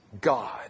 God